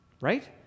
right